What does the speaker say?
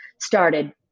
started